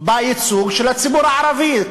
בייצוג של הציבור הערבי.